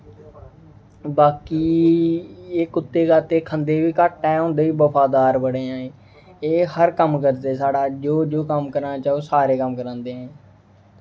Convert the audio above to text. बाकी कुत्ते कात्ते खंदे बी घट्ट ऐ होंदे बी वफादार बड़े ऐं एह् एह् हर कम्म करदे साढ़ा जो जो कम्म कराना चाहें सारे कम्म करदे ऐं